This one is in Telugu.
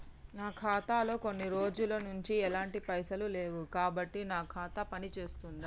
నా ఖాతా లో కొన్ని రోజుల నుంచి ఎలాంటి పైసలు లేవు కాబట్టి నా ఖాతా పని చేస్తుందా?